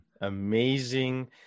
amazing